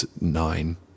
nine